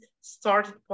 started